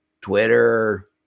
Twitter